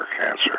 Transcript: cancer